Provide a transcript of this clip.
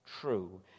true